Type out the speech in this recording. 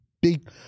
big